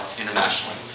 internationally